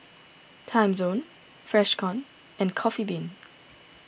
Timezone Freshkon and Coffee Bean